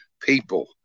people